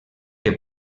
que